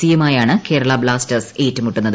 സിയുമായാണ് Kerala Blasters ഏറ്റുമുട്ടുന്നത്